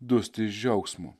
dusti iš džiaugsmo